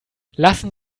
lassen